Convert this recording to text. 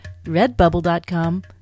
redbubble.com